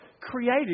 created